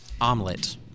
Omelet